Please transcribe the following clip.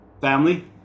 family